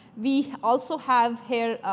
we also have, here,